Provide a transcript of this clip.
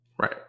Right